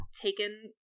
taken